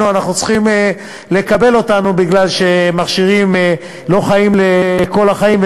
אנחנו צריכים לקבל כי מכשירים לא חיים כל החיים,